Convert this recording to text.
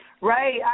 Right